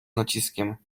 naciskiem